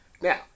Now